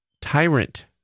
tyrant